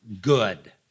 good